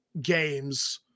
games